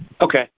okay